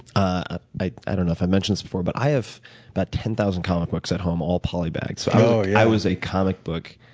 ah i i don't know if i mentioned this before but i have about ten thousand comic books at home, all poly bagged. so yeah i was a comic book